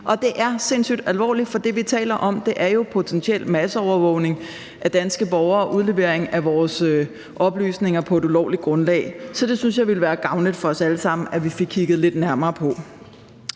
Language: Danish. det er sindssygt alvorligt, for det, vi taler om, er jo potentiel masseovervågning af danske borgere, udlevering af vores oplysninger på et ulovligt grundlag. Så jeg synes, det ville være gavnligt for os alle sammen, at vi fik kigget lidt nærmere på